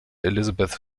elizabeth